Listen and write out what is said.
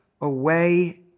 away